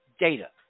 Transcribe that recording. data